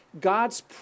God's